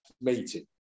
meeting